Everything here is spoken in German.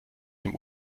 dem